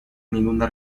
ninguna